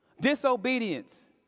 Disobedience